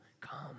come